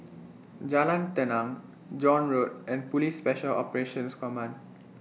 Jalan Tenang John Road and Police Special Operations Command